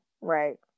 right